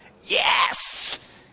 Yes